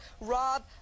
Rob